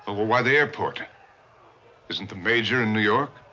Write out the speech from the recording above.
why the airport? isn't the major in new york?